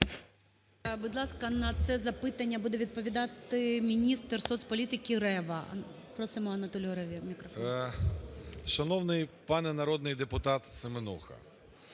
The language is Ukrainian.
Будь ласка, на це запитання буде відповідати міністрсоцполітики Рева. Просимо, Анатолію Реві мікрофон. 10:40:40 РЕВА А.О. Шановний пане народний депутатСеменуха!